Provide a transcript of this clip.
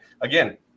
Again